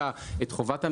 את חובת המכרז,